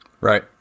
Right